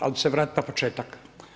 Ali ću se vratiti na početak.